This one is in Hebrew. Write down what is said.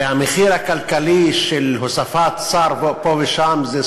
המחיר הכלכלי של הוספת שר פה ושם זה